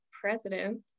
president